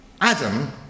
Adam